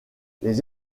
les